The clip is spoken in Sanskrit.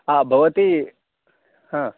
आम् भवति हा